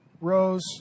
rose